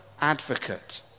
advocate